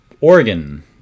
oregon